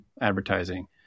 advertising